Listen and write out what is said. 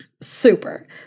Super